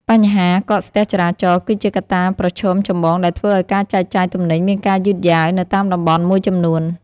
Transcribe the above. បញ្ហាកកស្ទះចរាចរណ៍ គឺជាកត្តាប្រឈមចម្បងដែលធ្វើឱ្យការចែកចាយទំនិញមានការយឺតយ៉ាវនៅតាមតំបន់មួយចំនួន។